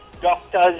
doctors